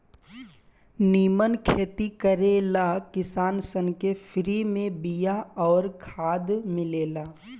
निमन खेती करे ला किसान सन के फ्री में बिया अउर खाद मिलेला